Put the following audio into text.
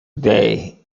bay